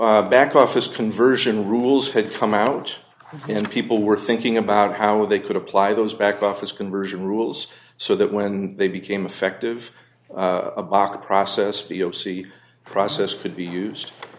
back office conversion rules had come out and people were thinking about how they could apply those back office conversion rules so that when they became effective a block process b o c process could be used